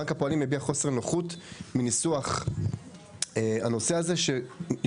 בנק הפועלים מביע חוסר נוחות מניסוח הנושא הזה שהשתמע